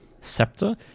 Scepter